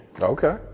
Okay